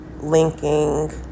linking